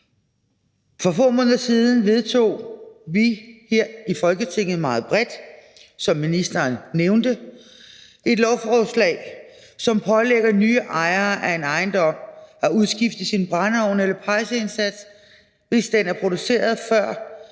For få måneder siden vedtog vi meget bredt her i Folketinget, som ministeren nævnte, et lovforslag, som pålægger nye ejere af en ejendom at udskifte brændeovn eller pejseindsats, hvis den er produceret før